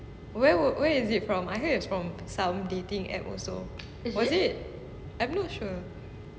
where were where is it from I heard it's from some dating apps also was it I'm not sure